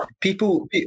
people